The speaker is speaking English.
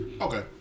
Okay